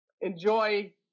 enjoy